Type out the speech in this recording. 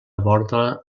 aborda